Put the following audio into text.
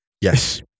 Yes